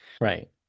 right